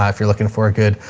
ah if you're looking for a good,